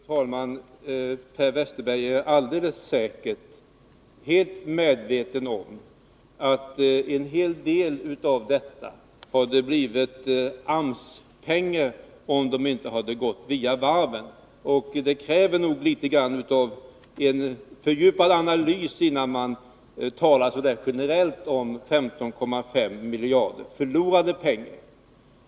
Fru talman! Per Westerberg är alldeles säkert fullt medveten om att en hel del av de här medlen hade blivit AMS-pengar, om de inte hade gått via varven. Det krävs nog litet grand av fördjupad analys, innan man talar så generellt om 15,5 miljarder i förlorade pengar.